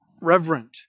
Reverent